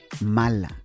mala